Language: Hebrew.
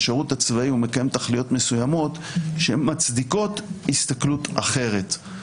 השירות הצבאי הוא מקיים תכליות מסוימות שמצדיקות הסתכלות אחרת.